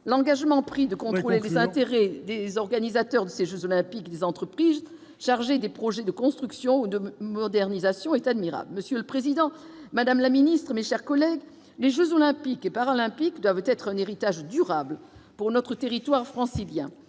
l'engagement pris de contrôler les intérêts des organisateurs de ces Jeux olympiques des entreprises chargées des projets de construction ou de modernisation est admirable, monsieur le Président, Madame la Ministre, mes chers collègues, les jeux olympiques et paralympiques doivent être un héritage durable pour notre territoire francilien,